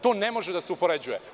To ne može da se upoređuje.